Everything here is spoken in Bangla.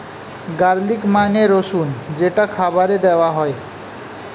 গার্লিক মানে রসুন যেটা খাবারে দেওয়া হয়